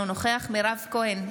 אינו נוכח מירב כהן,